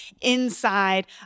inside